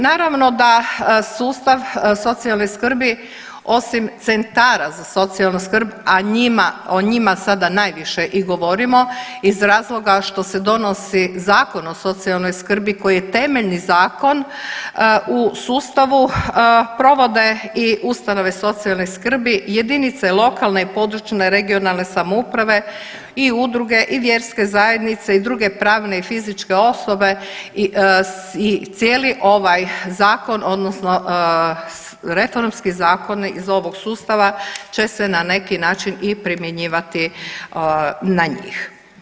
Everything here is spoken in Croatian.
Naravno da sustav socijalne skrbi osim centara za socijalnu skrb, a njima, o njima sada najviše i govorimo iz razloga što se donosi Zakon o socijalnoj skrbi koji je temeljni zakon u sustavu provode i ustanove socijalne skrbi, jedinice lokalne i područne (regionalne) samouprave i udruge i vjerske zajednice i druge pravne i fizičke osobe i cijeli ovaj zakon odnosno reformski zakon iz ovog sustava će se na neki način i primjenjivati na njih.